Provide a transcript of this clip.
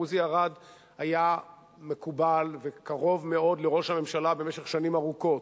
עוזי ארד היה מקובל וקרוב מאוד לראש הממשלה במשך שנים ארוכות.